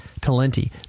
Talenti